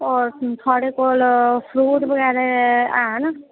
ओह् थुआढ़े कोल फ्रूट बगैरा हैन